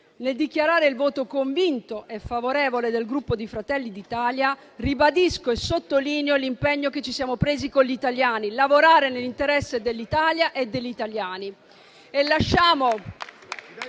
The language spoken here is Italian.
Nel dichiarare il voto convinto e favorevole del Gruppo Fratelli d'Italia, ribadisco e sottolineo l'impegno che ci siamo presi con gli italiani: lavorare nell'interesse dell'Italia e degli italiani.